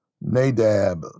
Nadab